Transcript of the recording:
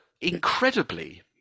incredibly